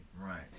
right